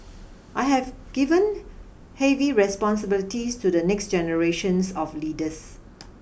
I have given heavy responsibilities to the next generations of leaders